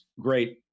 great